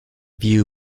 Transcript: view